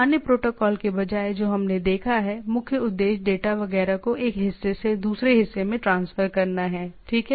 अन्य प्रोटोकॉल के बजाय जो हमने देखा है मुख्य उद्देश्य डेटा वगैरह को एक हिस्से से दूसरे हिस्से में ट्रांसफर करना है ठीक है